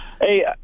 Hey